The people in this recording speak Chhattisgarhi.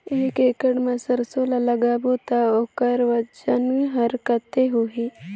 एक एकड़ मा सरसो ला लगाबो ता ओकर वजन हर कते होही?